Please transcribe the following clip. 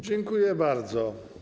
Dziękuję bardzo.